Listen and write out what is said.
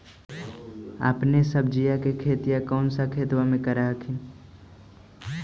अपने सब्जिया के खेतिया कौन सा खेतबा मे कर हखिन?